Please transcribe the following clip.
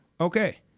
Okay